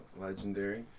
Legendary